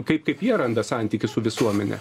kaip kaip jie randa santykį su visuomene